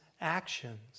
actions